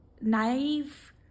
naive